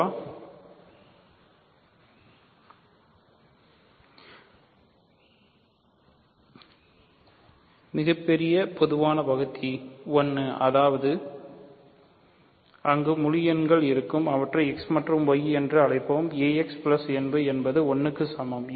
வ மிகப் பெரிய பொதுவான வகுத்தி 1 அதாவது அங்கு முழு எண்கள் இருக்கும் அவற்றை x மற்றும் y என்று அழைப்போம் ax ny என்பது 1 க்கு சமம்